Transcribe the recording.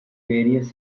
various